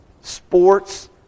sports